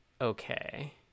okay